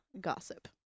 gossip